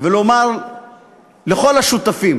לומר לכל השותפים